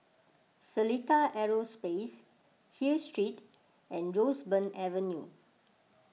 Seletar Aerospace Hill Street and Roseburn Avenue